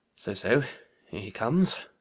so, so here he comes.